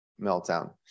meltdown